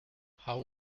how